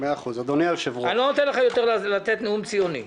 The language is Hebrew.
אני לא מאפשר לך יותר לתת נאום ציוני.